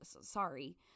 sorry